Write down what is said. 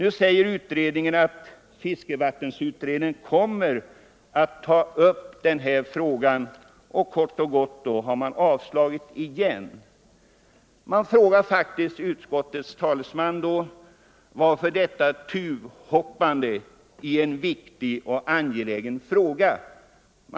Utskottet säger nu att fiskevattenutredningen kommer att ta upp den här frågan, och med det har man ännu en gång avstyrkt min motion. Jag måste faktiskt fråga utskottets talesman: Varför detta tuvhoppande i en viktig och angelägen fråga?